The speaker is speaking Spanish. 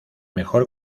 mejor